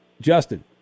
Justin